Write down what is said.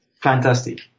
fantastic